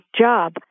job